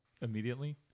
immediately